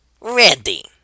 Ready